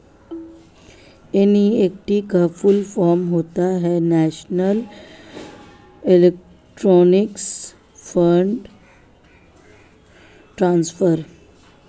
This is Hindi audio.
एन.ई.एफ.टी का फुल फॉर्म होता है नेशनल इलेक्ट्रॉनिक्स फण्ड ट्रांसफर